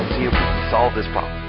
solve this problem.